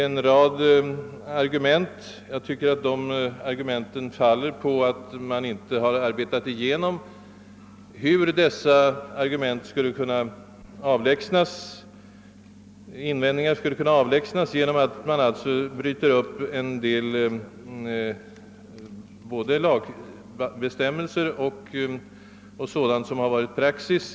Dessa argument faller emellertid på att man inte har utrett huruvida grunden till invändningarna skulle kunna avlägsnas bl.a. genom ändring av vissa lagbestämmelser och frångående av viss praxis.